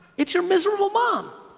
it's your miserable mom,